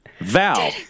Val